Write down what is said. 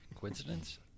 Coincidence